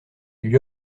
lui